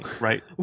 right